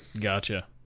Gotcha